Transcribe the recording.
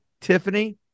Tiffany